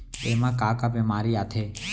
एमा का का बेमारी आथे?